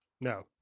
No